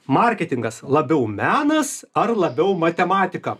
marketingas labiau menas ar labiau matematika